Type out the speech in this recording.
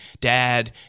Dad